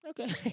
Okay